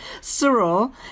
Cyril